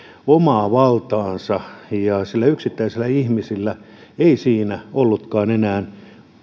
omaa valtaansa ja sillä yksittäisellä ihmisellä ei siinä ollutkaan enää